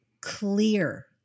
clear